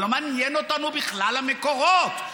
זה לא מעניין אותנו בכלל, המקורות.